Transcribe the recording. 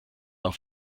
auf